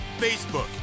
facebook